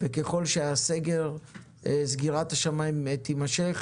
ככל שסגירת השמים תימשך